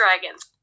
dragons